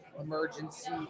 emergency